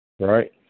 Right